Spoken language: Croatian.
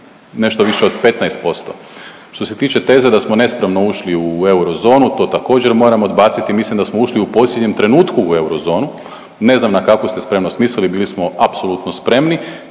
nešto više od 15%. Što se tiče teze da smo nespremno ušli u eurozonu, to također, moram odbaciti, mislim da smo ušli u posljednjem trenutku u eurozonu, ne znam na kakvu ste spremnost mislili, bili smo apsolutno spremni,